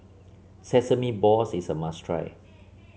Sesame Balls is a must try